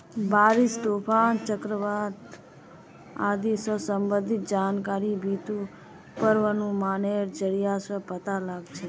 बारिश, तूफान, चक्रवात आदि स संबंधित जानकारिक बितु पूर्वानुमानेर जरिया स पता लगा छेक